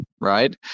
right